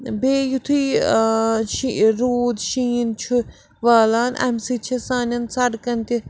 بیٚیہِ یُتھٕے روٗد شیٖن چھُ والان اَمہِ سۭتۍ چھِ سانٮ۪ن سڑکن تہِ